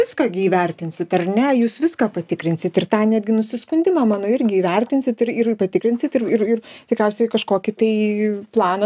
viską gi įvertinsit ar ne jūs viską patikrinsit ir tą netgi nusiskundimą mano irgi įvertinsit ir ir patikrinsit ir ir tikriausiai kažkokį tai planą